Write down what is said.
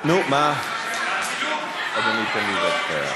בכל פעם לבחור לנו איזושהי קבוצה ובאופן פרטני לתת לה פתרון פרטני.